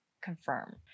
confirm